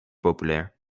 populair